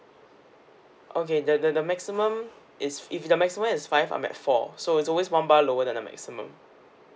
okay the the the maximum is if the maximum is five I'm at four so it's always one bar lower than the maximum